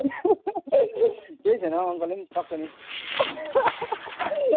केही छैन अङ्कलले पनि सक्छ नि